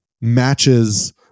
matches